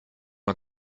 man